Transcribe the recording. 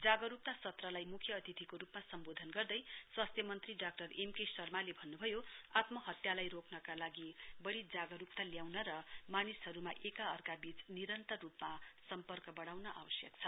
जागरूकता सत्रलाई मुख्य अतिथिको रूपमा सम्बोधन गर्दै स्वास्थ्य मन्त्री डाक्टर एम के शर्माले भन्नुभयो आत्महत्यालाई रोक्नका लागि बढ़ी जागरूकता ल्याउन र मानिसहरूमा एका अर्कावीच निरन्तर रूपमा सम्पर्क बढ़ाउन आवश्यक छ